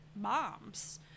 moms